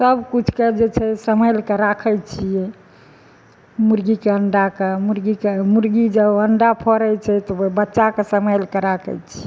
सबकिछुके जे छै सम्हालिके राखैत छियै मुर्गीके अण्डाके मुर्गीके मुर्गी जब अण्डा फोड़ै छै तऽ ओहि बच्चाके सम्हालिके राखैत छियै